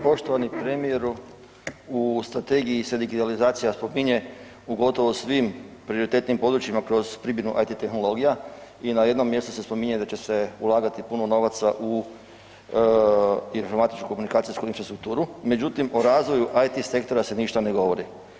Poštovani premijeru u strategiji se digitalizacija spominje u gotovo svim prioritetnim područjima kroz primjenu IT tehnologija i na jednom mjestu se spominje da će se ulagati puno novaca u informatičko-komunikacijsku infrastrukturu, međutim o razvoju IT sektora se ništa ne govori.